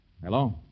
Hello